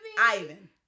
Ivan